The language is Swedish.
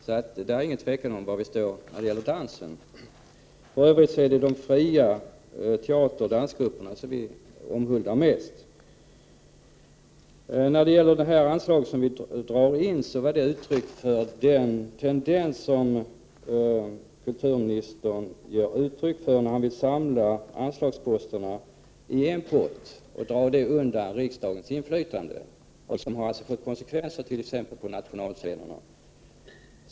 Det är alltså ingen tvekan om vad vi tycker i den frågan. För övrigt omhuldar vi mest de fria teateroch dansgrupperna. Att vi drar in anslag är ett uttryck för den attityd som kulturministern visar då han vill samla anslagsposterna i en pott och dra den potten undan riksdagens inflytande. Detta har t.ex. fått konsekvenser för nationalscenerna.